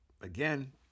again